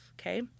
Okay